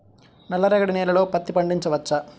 నల్ల రేగడి నేలలో పత్తి పండించవచ్చా?